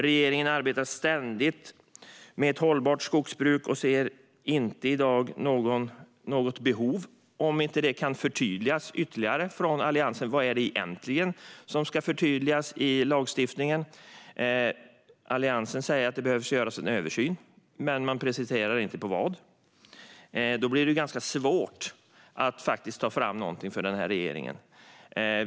Regeringen arbetar ständigt med ett hållbart skogsbruk och ser inte i dag något behov av att förtydliga lagstiftningen om det inte kan klargöras ytterligare från Alliansen vad det egentligen är som ska förtydligas. Alliansen säger att det behöver göras en översyn, men man preciserar inte av vad. Då blir det ganska svårt för regeringen att ta fram någonting.